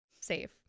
safe